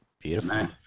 beautiful